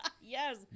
Yes